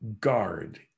guard